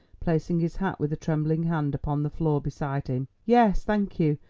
placing his hat with a trembling hand upon the floor beside him. yes, thank you,